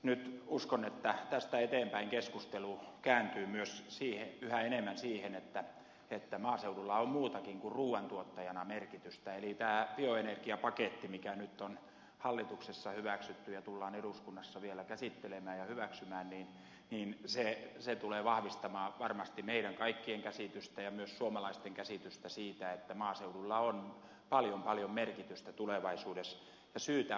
nyt uskon että tästä eteenpäin keskustelu kääntyy myös yhä enemmän siihen että maaseudulla on muutenkin kuin ruuan tuottajana merkitystä eli tämä bioenergiapaketti mikä nyt on hallituksessa hyväksytty ja tullaan eduskunnassa vielä käsittelemään ja hyväksymään tulee vahvistamaan varmasti meidän kaikkien käsitystä ja myös kaikkien suomalaisten käsitystä siitä että maaseudulla on paljon paljon merkitystä tulevaisuudessa ja syytä onkin